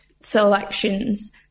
selections